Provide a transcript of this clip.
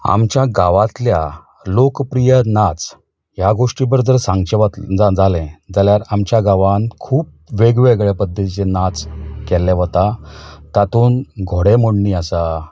आमच्या गांवांतल्या लोकप्रिय नाच ह्या गोष्टी बद्दल सांगचें जालें जाल्यार आमच्या गांवांत खूब वेगळे वेगळे पद्दतीचे नाच केल्ले वता तातूंत घोडेमोडणी आसा